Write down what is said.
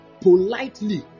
politely